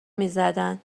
میزدن